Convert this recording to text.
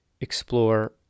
explore